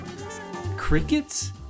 Crickets